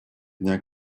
дня